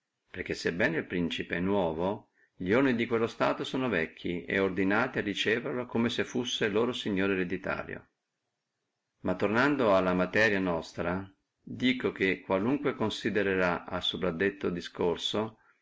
perché se bene el principe è nuovo lione di quello stato sono vecchi et ordinati a riceverlo come se fussi loro signore ereditario ma torniamo alla materia nostra dico che qualunque considerrà el soprascritto discorso